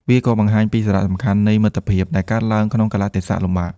វាក៏បង្ហាញពីសារៈសំខាន់នៃមិត្តភាពដែលកើតឡើងក្នុងកាលៈទេសៈលំបាក។